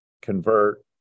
convert